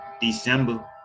December